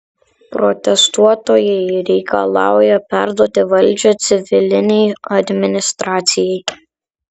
protestuotojai reikalauja perduoti valdžią civilinei administracijai